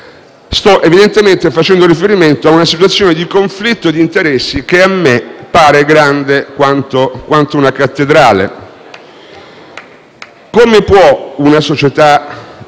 Sto evidentemente facendo riferimento a una situazione di conflitto di interessi che a me pare grande quanto una cattedrale. *(Applausi